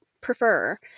prefer